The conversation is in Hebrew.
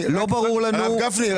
חברי הקואליציה,